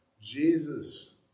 Jesus